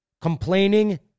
complaining